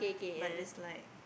but this light